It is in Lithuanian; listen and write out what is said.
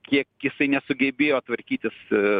kiek jisai nesugebėjo tvarkytis